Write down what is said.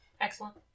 Excellent